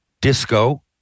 disco